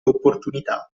opportunità